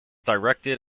directed